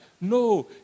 No